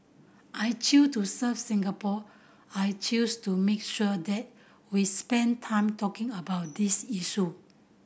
I chose to serve Singapore I chose to make sure that we spend time talking about this issue